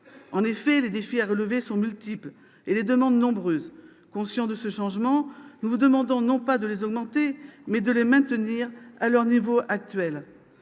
En effet, les défis à relever sont multiples, et les demandes nombreuses. Conscients de ce changement, nous vous demandons, non pas d'augmenter ces crédits, mais de les maintenir à leur niveau actuel.